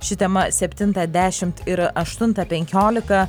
ši tema septintą dešimt ir aštuntą penkiolika